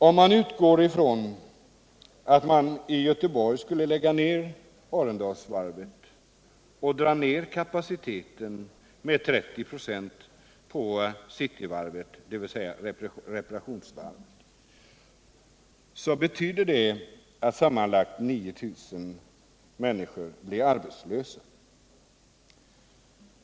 Om man i Göteborg skulle lägga ned Arendalsvarvet och dra ned kapaciteten med 30 96 på Cityvarvet, dvs. reparationsvarvet, så betyder det att sammanlagt 9000 människor blir arbetslösa.